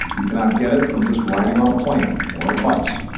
you cannot get it from just riding on a plane or a bus.